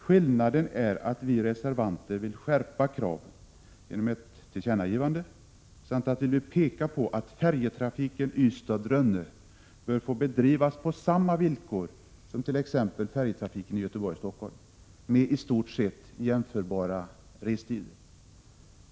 Skillnaden är att vi reservanter vill skärpa kraven genom ett tillkännagivande samt att vi vill peka på att färjetrafiken Ystad—Rönne bör få bedrivas på samma villkor som t.ex. färjetrafik i Göteborg och Stockholm med istort sett jämförbara restider.